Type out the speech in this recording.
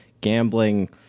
gambling